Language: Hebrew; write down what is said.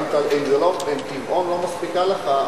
אם טבעון לא מספיקה לך,